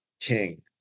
king